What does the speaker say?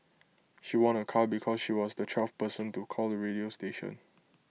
she won A car because she was the twelfth person to call the radio station